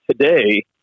today